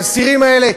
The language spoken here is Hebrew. האסירים האלה,